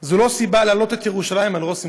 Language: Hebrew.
זה לא סיבה להעלות את ירושלים על ראש שמחתנו.